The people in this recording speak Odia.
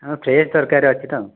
ଆମକୁ ଫ୍ରେସ୍ ଦରକାର ଅଛି ତ